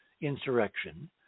insurrection